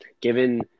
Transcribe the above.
Given